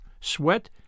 Sweat